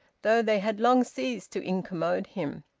though they had long ceased to incommode him.